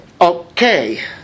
Okay